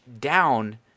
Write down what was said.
down